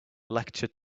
lecture